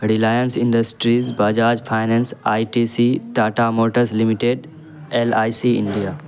reliance industries Bajaj finance I T C Tata Motors limited L I C India